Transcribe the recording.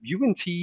UNT